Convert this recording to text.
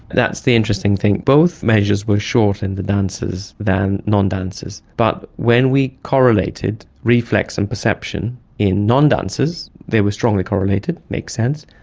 that's the interesting thing, both measures were short in the dancers than non-dancers, but when we correlated reflex and perception in non-dancers they were strongly correlated, makes sense,